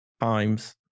times